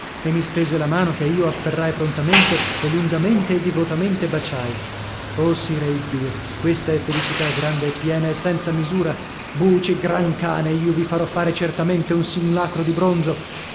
direi e mi stese la mano che io afferrai prontamente e lungamente e divotamente baciai oh sire iddio questa è felicità grande e piena e senza mistura buci gran cane io vi farò fare certamente un simulacro di bronzo